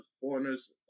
foreigners